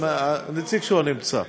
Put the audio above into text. הנציג שלו נמצא.